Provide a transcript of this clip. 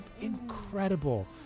incredible